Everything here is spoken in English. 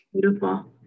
Beautiful